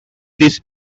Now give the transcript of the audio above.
these